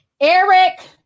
Eric